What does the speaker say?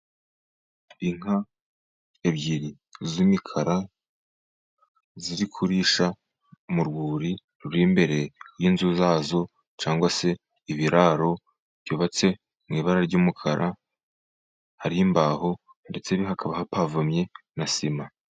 Inka ebyiri z'imikara, ziri kurisha mu rwuri ruri imbere y'inzu zazo, cyangwa se ibiraro byubatse mu ibara ry'umukara, hari imbaho ndetse hahakaba hapavomye na sima.